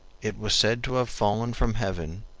it was said to have fallen from heaven,